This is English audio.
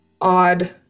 odd